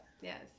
Yes